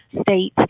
state